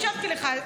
הקשבתי לך,